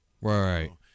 Right